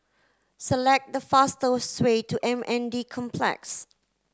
select the fastest way to M N D Complex